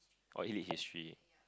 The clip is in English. or E Lit history